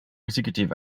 executive